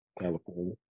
California